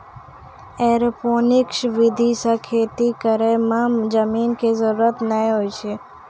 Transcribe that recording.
aeroponics विधि सॅ खेती करै मॅ जमीन के जरूरत नाय होय छै